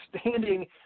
standing